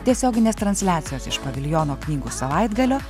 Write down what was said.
tiesioginės transliacijos iš paviljono knygų savaitgalio